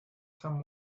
some